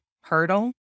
hurdle